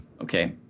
Okay